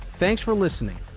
thanks for listening.